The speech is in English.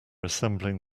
assembling